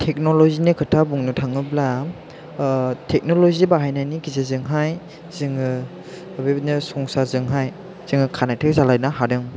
टेक्नलजिनि खोथा बुंनो थाङोब्ला टेक्नलजि बाहायनायनि गेजेरजोंहाय जोङो बेबायदिनो संसारजोंहाय जोङो कानेक्टेड जालायनो हादों